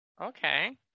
okay